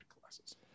classes